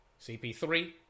CP3